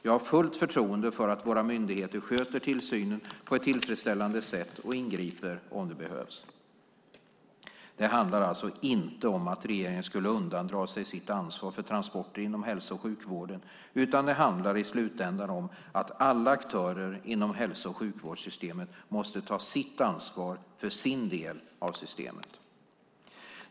Jag har fullt förtroende för att våra myndigheter sköter tillsynen på ett tillfredställande sätt och ingriper om det behövs. Det handlar alltså inte om att regeringen skulle undandra sig sitt ansvar för transporter inom hälso och sjukvården, utan det handlar i slutändan om att alla aktörer inom hälso och sjukvårdssystemet måste ta sitt ansvar för sin del av systemet.